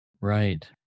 Right